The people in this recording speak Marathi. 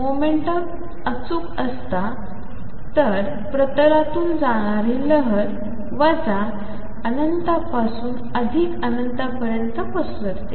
मोमेंटम अचूक असता तर प्रतालातून जाणारी लहर वजा अनंतपासून अधिक अनंत पर्यंत पसरते